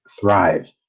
thrive